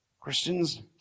Christians